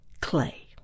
clay